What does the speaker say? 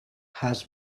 has